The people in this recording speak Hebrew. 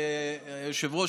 היושב-ראש,